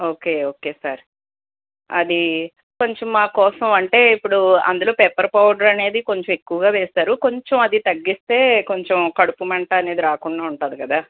okay okay sir అది కొంచెం మా కోసం అంటే ఇప్పుడు అందులో పెప్పర్ పౌడర్ అనేది కొంచెం ఎక్కువగా వేసారు కొంచెం అది తగ్గిస్తే కొంచెం కడుపు మంట అనేది రాకుండా ఉంటుంది కదా